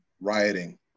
rioting